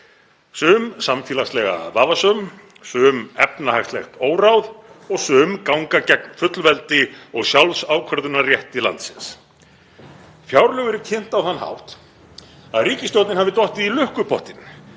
sum samfélagslega vafasöm, sum efnahagslegt óráð og sum ganga gegn fullveldi og sjálfsákvörðunarrétti landsins. Fjárlög eru kynnt á þann hátt að ríkisstjórnin hafi dottið í lukkupottinn